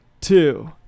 two